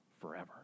forever